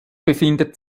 befindet